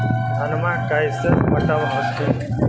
धन्मा कैसे पटब हखिन?